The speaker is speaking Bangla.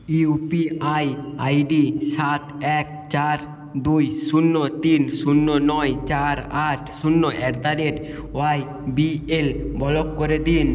ইউপিআই আইডি সাত এক চার দুই শূন্য তিন শূন্য নয় চার আট শূন্য at the rate YBL block করে দিন